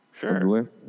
Sure